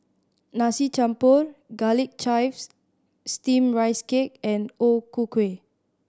Nasi Campur Garlic Chives Steamed Rice Cake and O Ku Kueh